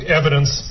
evidence